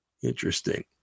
Interesting